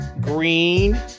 Green